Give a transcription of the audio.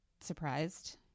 surprised